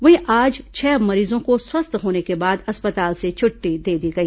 वहीं आज छह मरीजों को स्वस्थ होने के बाद अस्पताल से छुट्टी दे दी गई